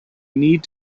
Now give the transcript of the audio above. need